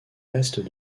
restes